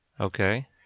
Okay